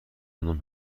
دندان